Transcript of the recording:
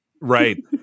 Right